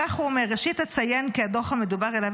כך הוא אומר: ראשית אציין כי הדוח המדובר שאליו